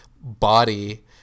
body